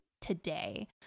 today